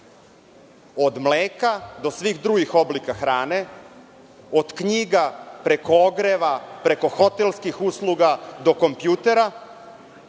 od mleka do svih drugih oblika hrane, od knjiga preko ogreva, preko hotelskih usluga do kompjutera,